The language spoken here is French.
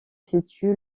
situe